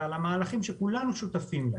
ועל המהלכים שכולנו שותפים בהם.